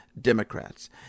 Democrats